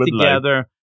together